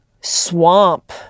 swamp